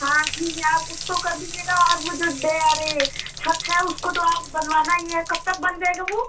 हाँ ठीक है आप उसको कर दीजिएगा और वह जो अरे छत है उसको तो बनवाना ही है कब तक बन जाएगा वो